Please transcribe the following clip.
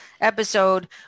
episode